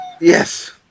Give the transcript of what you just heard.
Yes